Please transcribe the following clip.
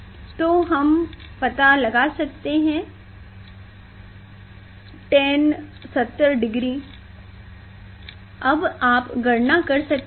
तो हम पता लगा सकते हैं tan70 डिग्री अब आप गणना कर सकते हैं